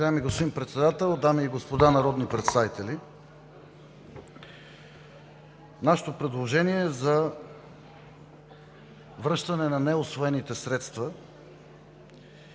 Уважаеми господин Председател, дами и господа народни представители! Нашето предложение за връщане на неусвоените средства е